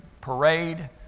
parade